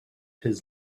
his